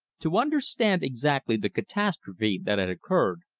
to understand exactly the catastrophe that had occurred,